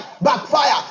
backfire